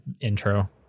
intro